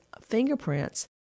fingerprints